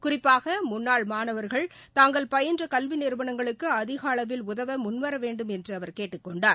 குறிப்பாக முன்னாள் மாணவர்கள் தாங்கள் பயின்ற கல்வி நிறுவனங்களுக்கு அதிக அளவில் உதவ முன்வரவேண்டும் என்று அவர் கேட்டுக்கொண்டார்